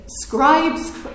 scribes